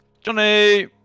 Johnny